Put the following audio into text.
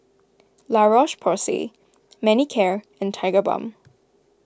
La Roche Porsay Manicare and Tigerbalm